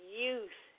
youth